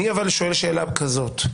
אני שואל שאלה כזאת: